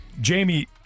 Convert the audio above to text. Jamie